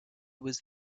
was